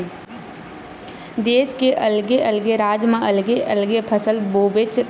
देस के अलगे अलगे राज म अलगे अलगे फसल होबेच करथे